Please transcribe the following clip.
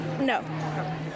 No